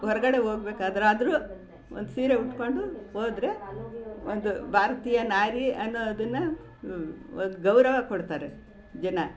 ಹೊರಗಡೆ ಹೋಗ್ಬೇಕಾದರಾದ್ರೂ ಒಂದು ಸೀರೆ ಉಟ್ಕೊಂಡು ಹೋದ್ರೆ ಒಂದು ಭಾರತೀಯ ನಾರಿ ಅನ್ನೊದನ್ನ ಒಂದು ಗೌರವ ಕೊಡ್ತಾರೆ ಜನ